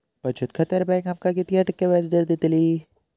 बचत खात्यार बँक आमका किती टक्के व्याजदर देतली?